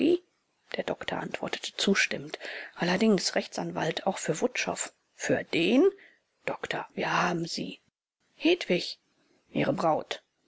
der doktor antwortete zustimmend allerdings rechtsanwalt auch für wutschow für den doktor wir haben sie hedwig ihre braut